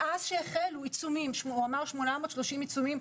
מאז שהחלו עיצומים, הוא אמר 830 עיצומים.